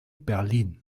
berlin